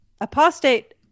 apostate